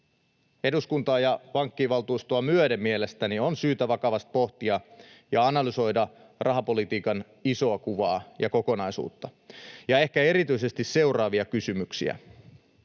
eduskuntaa ja pankkivaltuustoa myöden mielestäni on syytä vakavasti pohtia ja analysoida rahapolitiikan isoa kuvaa ja kokonaisuutta — ja ehkä erityisesti seuraavia kysymyksiä,